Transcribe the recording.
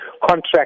contract